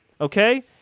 okay